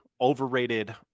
overrated